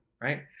right